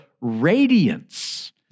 radiance